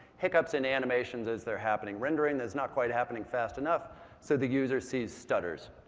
hiccups and animations as they're happening, rendering is not quite happening fast enough so the user sees stutters.